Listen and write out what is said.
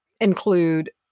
include